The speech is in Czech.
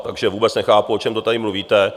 Takže vůbec nechápu, o čem to tady mluvíte.